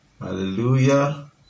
hallelujah